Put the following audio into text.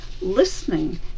Listening